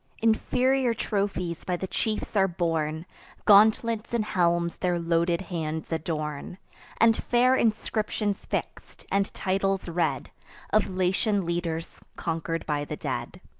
inferior trophies by the chiefs are borne gauntlets and helms their loaded hands adorn and fair inscriptions fix'd, and titles read of latian leaders conquer'd by the dead.